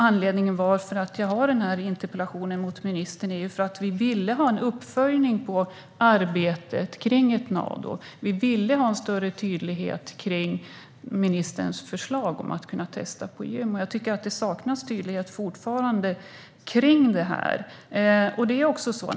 Anledningen till att jag ställde den här interpellationen till ministern är att vi vill ha en uppföljning av arbetet kring en Nado. Vi vill ha en större tydlighet i ministerns förslag om att man ska kunna testa människor på gym. Jag tycker att det fortfarande saknas en tydlighet på det här området.